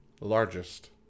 largest